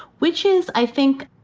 which is, i think,